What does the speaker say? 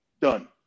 Done